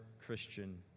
Christian